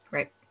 Right